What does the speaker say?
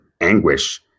anguish